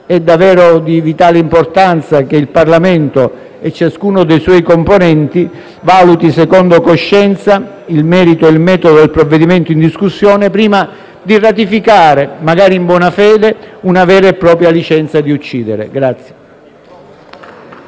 È davvero di vitale importanza che il Parlamento e ciascuno dei suoi componenti valutino secondo coscienza il merito e il metodo del provvedimento in discussione prima di ratificare, magari in buona fede, una vera e propria licenza di uccidere. Chiedo